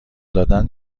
دادن